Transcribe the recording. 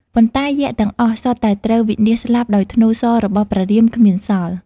ប៉ុន្តែយក្សទាំងអស់ សុទ្ធតែត្រូវវិនាសស្លាប់ដោយធ្នូរសររបស់ព្រះរាមគ្មានសល់។